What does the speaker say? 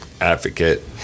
advocate